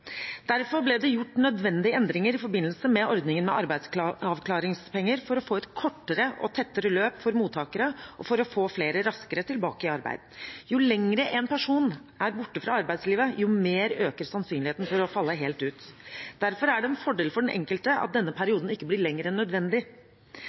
Derfor ble det gjort nødvendige endringer i forbindelse med ordningen med arbeidsavklaringspenger for å få et kortere og tettere løp for mottakere og for å få flere raskere tilbake i arbeid. Jo lenger en person er borte fra arbeidslivet, jo mer øker sannsynligheten for å falle helt ut. Derfor er det en fordel for den enkelte at denne